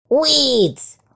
weeds